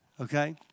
okay